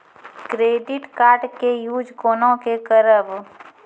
Credit card के use कोना के करबऽ?